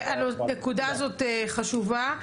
הנקודה הזאת חשובה,